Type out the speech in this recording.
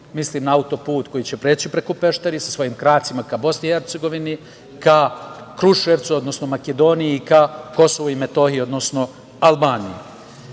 mislim na auto-put koji će preći preko Pešteri sa svojim kracima ka Bosni i Hercegovini, ka Kruševcu, odnosno Makedoniji, ka Kosovu i Metohiji, odnosno Albaniji. Želim